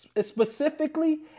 specifically